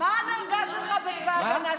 תודה רבה.